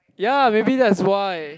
ya maybe that's why